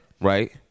Right